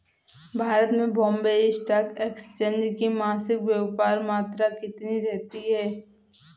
भारत में Bombay stock exchange की मासिक व्यापार मात्रा कितनी रहती है?